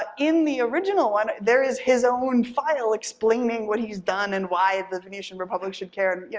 ah in the original one, there is his own file explaining what he's done and why the venetian republic should care, and, you